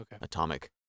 Atomic